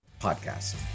Podcast